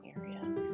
area